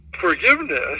forgiveness